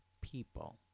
people